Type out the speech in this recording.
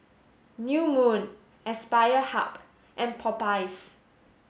new Moon Aspire Hub and Popeyes